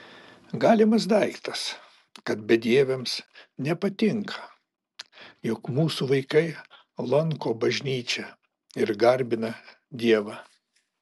galimas daiktas kad bedieviams nepatinka jog mūsų vaikai lanko bažnyčią ir garbina dievą